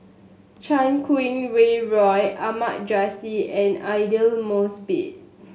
Chan Kum Wah Roy Ahmad Jais and Aidli Mosbit